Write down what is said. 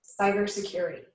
cybersecurity